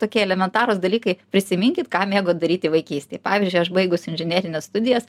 tokie elementarūs dalykai prisiminkit ką mėgo daryti vaikystėj pavyzdžiui aš baigus inžinerines studijas